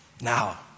Now